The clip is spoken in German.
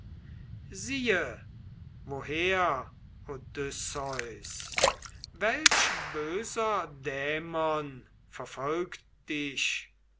siehe woher odysseus welch böser dämon verfolgt dich